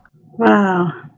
Wow